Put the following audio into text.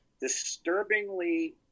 disturbingly